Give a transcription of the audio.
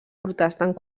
protestant